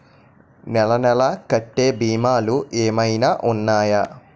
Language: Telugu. నెల నెల కట్టే భీమాలు ఏమైనా ఉన్నాయా?